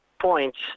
points